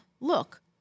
look